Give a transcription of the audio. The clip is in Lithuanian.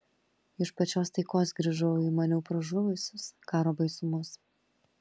iš pačios taikos grįžau į maniau pražuvusius karo baisumus